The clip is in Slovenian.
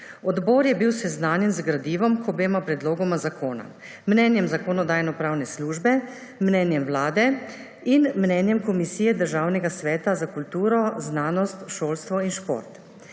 Odbor je bil seznanjen z gradivom k obema predlogoma zakona, mnenjem Zakonodajno-pravne službe, mnenjem Vlade in mnenjem Komisije Državnega sveta za kulturo, znanost, šolstvo in šport,